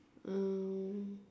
um